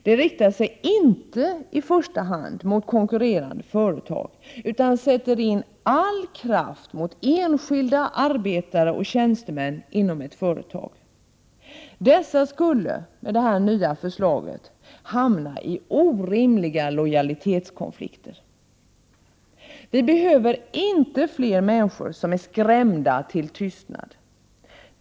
Det riktar sig inte i första hand mot konkurrerande företag utan sätter in all kraft mot enskilda arbetare och tjänstemän inom ett företag. Dessa skulle med det nya förslaget hamna i orimliga lojalitetskonflikter. Vi behöver inte fler människor som är skrämda till tystnad.